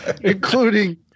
Including